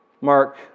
Mark